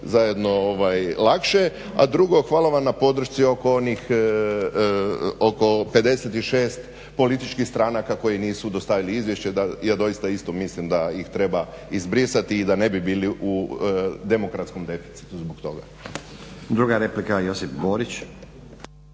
zajedno lakše. A drugo, hvala vam na podršci oko 56 političkih stranaka koje nisu dostavile izvješća, ja doista isto mislim da ih treba izbrisati i da ne bi bili u demokratskom deficitu zbog toga. **Stazić, Nenad